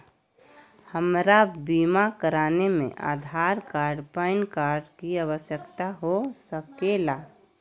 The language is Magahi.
हमरा बीमा कराने में आधार कार्ड पैन कार्ड की आवश्यकता हो सके ला?